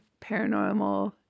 paranormal